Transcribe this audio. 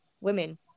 women